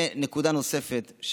ונקודה נוספת,